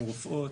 עם רופאות,